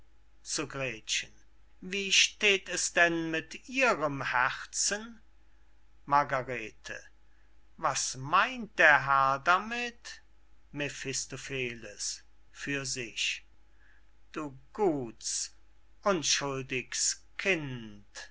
zu gretchen wie steht es denn mit ihrem herzen margarete was meint der herr damit mephistopheles für sich du gut's unschuldig's kind